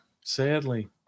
sadly